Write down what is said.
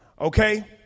Okay